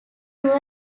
tour